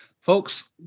Folks